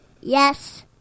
Yes